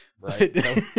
Right